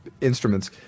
instruments